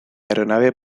aeronave